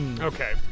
okay